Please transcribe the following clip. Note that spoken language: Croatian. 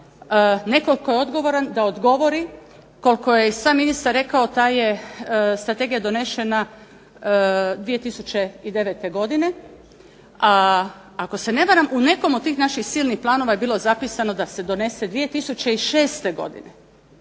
nekog tko je odgovoran da odgovori koliko je i sam ministar rekao, ta je strategija donešena 2009. godine, a ako se ne varam u nekom od tih naših silnih planova je bilo zapisano da se donese 2006. godine.